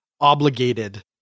obligated